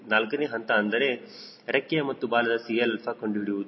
4ನೇ ಹಂತ ಏನೆಂದರೆ ರೆಕ್ಕೆಯ ಮತ್ತು ಬಾಲದ 𝐶Lα ಕಂಡುಹಿಡಿಯುವುದು